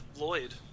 Lloyd